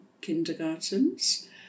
kindergartens